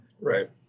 Right